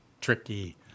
tricky